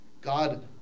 God